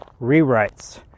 rewrites